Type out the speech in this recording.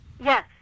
Yes